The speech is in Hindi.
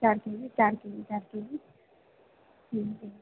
चार के जी चार के जी चार के जी ठीक है